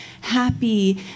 happy